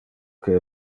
que